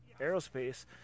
aerospace